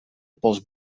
pols